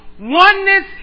Oneness